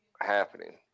happening